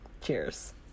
Cheers